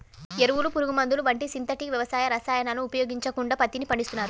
ఎరువులు, పురుగుమందులు వంటి సింథటిక్ వ్యవసాయ రసాయనాలను ఉపయోగించకుండా పత్తిని పండిస్తున్నారు